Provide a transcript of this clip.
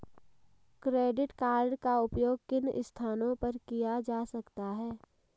Credit card का उपयोग किन स्थानों पर किया जा सकता है?